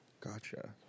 Gotcha